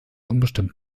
unbestimmt